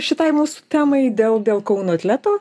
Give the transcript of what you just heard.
šitai mūsų temai dėl dėl kauno atleto